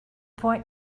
point